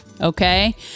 Okay